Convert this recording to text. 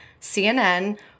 CNN